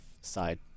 side